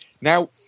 now